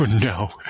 No